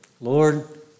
Lord